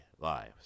lives